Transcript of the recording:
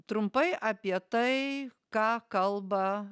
trumpai apie tai ką kalba